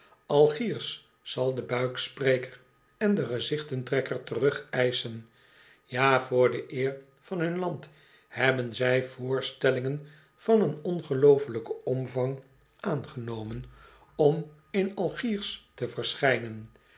algiers zal den buikspreker en den gezichtentrekker terugeischen ja voor de eer van hun land hebben zij voorstellingen van een ongeloofelijken omvang aangenomen om in algiers te verschijnen